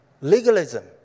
legalism